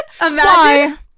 Imagine